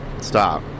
Stop